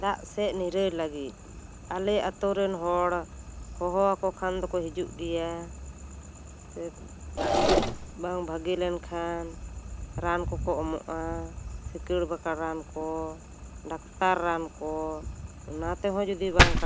ᱫᱟᱜ ᱥᱮ ᱱᱤᱨᱟᱹᱭ ᱞᱟᱹᱜᱤᱫ ᱟᱞᱮ ᱟᱛᱳ ᱨᱮᱱ ᱦᱚᱲ ᱦᱚᱦᱚ ᱟᱠᱚ ᱠᱷᱟᱱ ᱫᱚᱠᱚ ᱦᱤᱡᱩᱜ ᱜᱮᱭᱟ ᱥᱮ ᱫᱟᱜ ᱥᱮᱫ ᱵᱟᱝ ᱵᱷᱟᱹᱜᱤ ᱞᱮᱱ ᱠᱷᱟᱱ ᱨᱟᱱ ᱠᱚᱠᱚ ᱮᱢᱚᱜ ᱟ ᱥᱤᱠᱟᱹᱲ ᱵᱟᱠᱟᱲ ᱨᱟᱱ ᱠᱚ ᱰᱟᱠᱛᱟᱨ ᱨᱟᱱ ᱠᱚ ᱚᱱᱟ ᱛᱮᱦᱚᱸ ᱡᱩᱫᱤ ᱵᱟᱝ ᱠᱟᱴᱟᱜ ᱟ